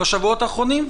בשבועות האחרונים,